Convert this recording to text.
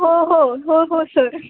हो हो हो हो सर